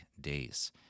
days